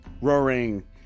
Roaring